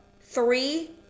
Three